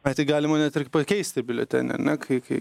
ai tai galima net ir pakeisti biuletenį ar ne kai